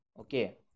Okay